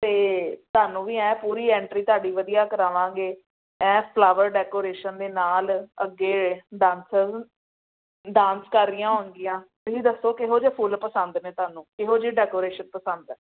ਅਤੇ ਤੁਹਾਨੂੰ ਵੀ ਹੈ ਪੂਰੀ ਐਂਟਰੀ ਤੁਹਾਡੀ ਵਧੀਆ ਕਰਾਵਾਂਗੇ ਇਹ ਫਲਾਵਰ ਡੈਕੋਰੇਸ਼ਨ ਦੇ ਨਾਲ ਅੱਗੇ ਡਾਂਸਰਜ਼ ਡਾਂਸ ਕਰ ਰਹੀਆਂ ਹੋਣਗੀਆਂ ਤੁਸੀਂ ਦੱਸੋ ਕਿਹੋ ਜਿਹੇ ਫੁੱਲ ਪਸੰਦ ਨੇ ਤੁਹਾਨੂੰ ਇਹੋ ਜਿਹੀ ਡੈਕੋਰੇਸ਼ਨ ਪਸੰਦ ਹੈ